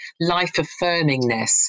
life-affirmingness